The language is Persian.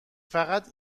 فقط